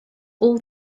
all